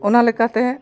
ᱚᱱᱟ ᱞᱮᱠᱟᱛᱮ